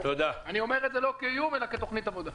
אני אומר את זה לא כאיום אלא כתוכנית עבודה.